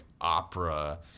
opera